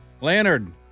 Leonard